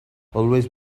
always